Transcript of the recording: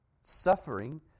Suffering